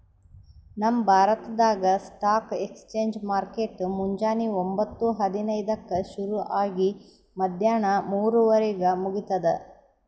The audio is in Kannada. ನಮ್ ಭಾರತ್ದಾಗ್ ಸ್ಟಾಕ್ ಎಕ್ಸ್ಚೇಂಜ್ ಮಾರ್ಕೆಟ್ ಮುಂಜಾನಿ ಒಂಬತ್ತು ಹದಿನೈದಕ್ಕ ಶುರು ಆಗಿ ಮದ್ಯಾಣ ಮೂರುವರಿಗ್ ಮುಗಿತದ್